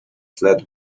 flat